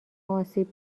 آسیب